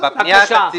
בבקשה.